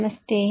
നമസ്തേ